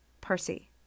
Percy